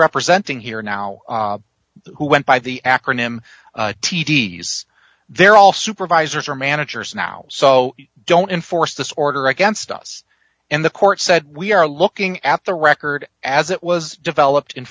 representing here now who went by the acronym t d s they're all supervisors or managers now so don't enforce this order against us and the court said we are looking at the record as it was developed in